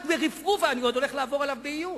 רק ברפרוף, אני עוד הולך לעבור עליו בעיון.